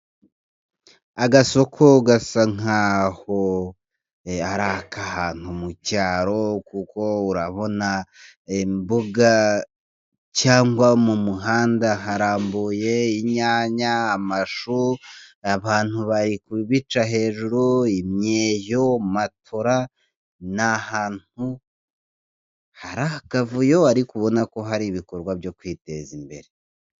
Agasoko gasa nk'aho ari ako ahantu mu cyaro kuko urabona imbuga cyangwa mu muhanda harambuye inyanya, amashu abantu bari kubica hejuru imyeyo, matora ni ahantu hari akavuyo ariko ubona ko hari ibikorwa byo kwiteza imbere.